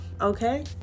Okay